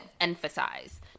emphasize